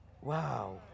Wow